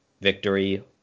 victory